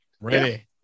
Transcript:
Ready